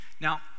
Now